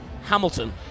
Hamilton